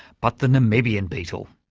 but the namibian beetle.